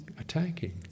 attacking